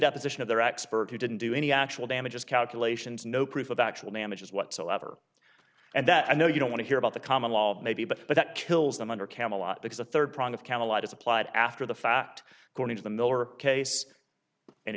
deposition of their expert who didn't do any actual damages calculations no proof of actual damages whatsoever and that i know you don't want to hear about the common law maybe but that kills them under camelot because a third prong of camelot is applied after the fact according to the miller case and